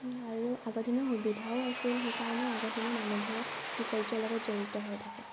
আৰু আগৰ দিনত সুবিধাও আছিল সেইকাৰণে আগৰ দিনৰ মানুহবোৰে কৃষি কাৰ্ষৰ লগত জড়িত হৈ থাকে